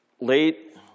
late